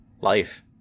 life